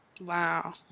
wow